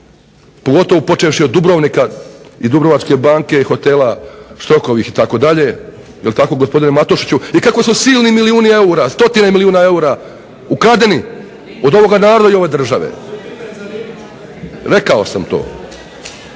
pogotovo počevši od Dubrovnika i Dubrovačke banke i hotela Štrokovih itd., jel' tako gospodine Matošiću, i kako su silni milijuni eura, stotine milijuna eura ukradeni od ovoga naroda i ove države. … /Upadica